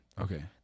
Okay